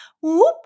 whoop